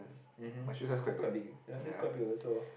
mmm hmm that's quite big ya that's quite big also